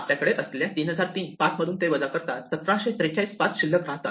आपल्याकडे असलेल्या 3003 पाथ मधून ते वजा करता 1743 पाथ शिल्लक राहतात